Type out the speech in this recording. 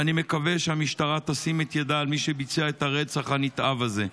ואני מקווה שהמשטרה תשים את ידה על מי שביצע את הרצח הנתעב הזה.